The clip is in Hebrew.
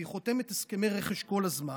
והיא חותמת על הסכמי רכש כל הזמן,